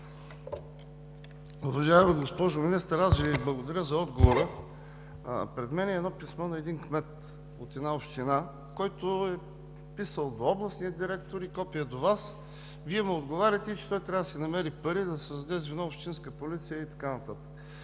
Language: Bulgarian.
Уважаема госпожо Министър, аз Ви благодаря за отговора. Пред мен е писмо на кмет от една община, който е писал до областния директор, с копие до Вас. Вие му отговаряте, че той трябва да си намери пари, за да създаде звено „Общинска полиция” и така